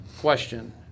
question